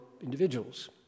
individuals